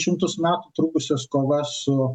šimtus metų trukusios kovas su